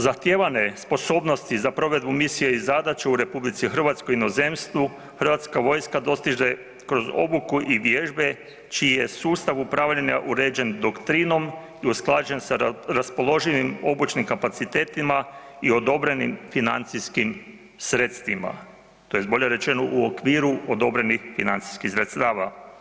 Zahtijevane sposobnosti za provedbu Misija i zadaću u Republici Hrvatskoj i inozemstvu, Hrvatska vojska dostiže kroz obuku i vježbe čiji je sustav upravljanja uređen doktrinom i usklađen sa raspoloživim obučnim kapacitetima i odobrenim financijskim sredstvima, to jest bolje rečeno u okviru odobrenih financijskih sredstava.